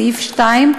סעיף 2,